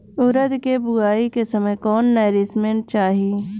उरद के बुआई के समय कौन नौरिश्मेंट चाही?